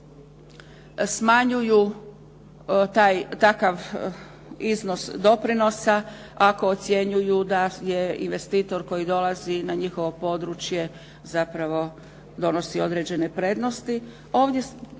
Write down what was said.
smanjuju takav iznos doprinosa ako ocjenjuju da je investitor koji dolazi na njihovo područje zapravo donosi određene prednosti.